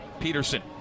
Peterson